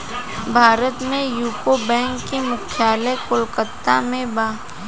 भारत में UCO bank के मुख्यालय कोलकाता में बा